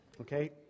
okay